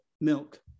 milk